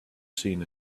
seen